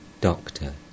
Doctor